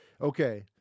okay